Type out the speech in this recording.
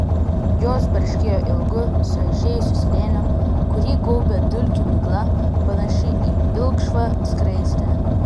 jos barškėjo ilgu suaižėjusiu slėniu kurį gaubė dulkių migla panaši į pilkšvą skraistę